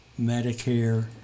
Medicare